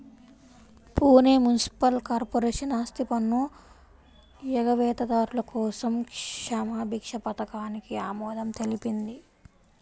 Pune municipal corporation ఆస్తిపన్ను ఎగవేతదారుల కోసం క్షమాభిక్ష పథకానికి ఆమోదం తెలిపింది